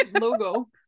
logo